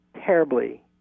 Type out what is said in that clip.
terribly